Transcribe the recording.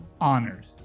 honored